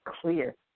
clear